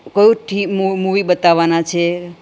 કોય ઠું મૂ મૂવી બતાવાના છે